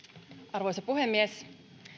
arvoisa puhemies